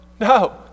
No